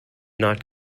not